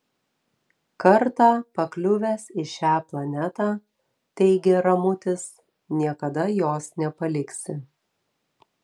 kartą pakliuvęs į šią planetą teigė ramutis niekada jos nepaliksi